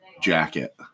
jacket